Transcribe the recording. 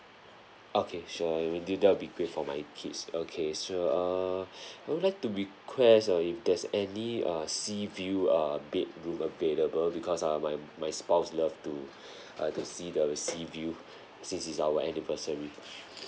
okay sure I mean th~ that will be great for my kids okay so err I would like to request uh if there's any uh sea view uh bed room available because uh my my spouse love to uh to see the sea view since it's our anniversary